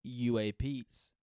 UAPs